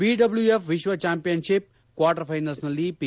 BWF ವಿಶ್ವ championship quarter ಫೈನಲ್ಸ್ನಲ್ಲಿ P